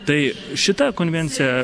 tai šita konvencija